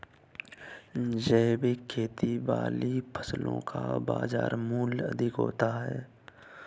जैविक खेती वाली फसलों का बाजार मूल्य अधिक होता है